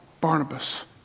Barnabas